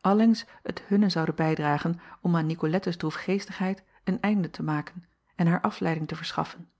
allengs het hunne zouden bijdragen om aan icolettes droefgeestigheid een einde te maken en haar afleiding te verschaffen